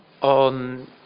On